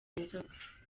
inzoka